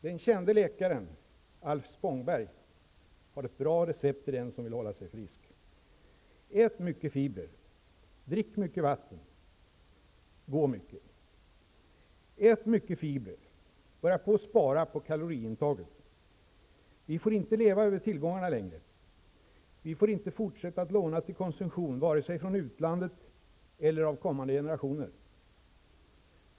Den kände läkaren Alf Spångberg har ett bra recept för den som vill hålla sig frisk -- ät mycket fibrer, drick mycket vatten och gå mycket: Ät mycket fibrer -- spara på kaloriintaget. Vi får inte leva över tillgångarna längre. Vi får inte fortsätta att låna till konsumtion vare sig från utlandet eller från kommande generationer.